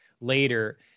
later